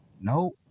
Nope